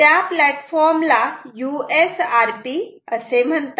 त्या प्लॅटफॉर्म ला USRP असे म्हणतात